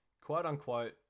quote-unquote